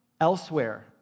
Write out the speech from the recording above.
elsewhere